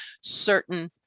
certain